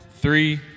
three